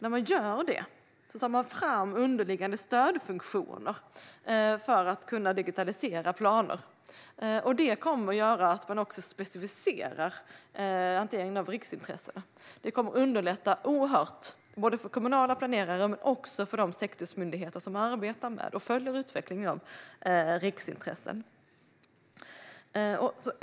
Där tar man fram underliggande stödfunktioner för att kunna digitalisera planer. Det kommer att göra att man också specificerar hanteringen av riksintressen. Det kommer att underlätta oerhört både för den kommunala planeraren och för de sektorsmyndigheter som arbetar med och följer utvecklingen av riksintressen.